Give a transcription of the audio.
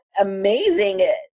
amazing